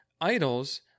idols